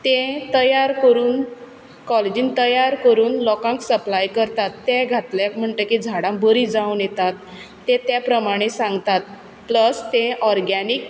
तें तयार करून कॉलेजींत तयार करून लोकांक सप्लाय करतात तें घातलें म्हणटकीर झाडां बरीं जावन येतात ते ते प्रमाणें सांगतात प्लस ते ऑर्गेनिक